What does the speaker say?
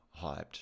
hyped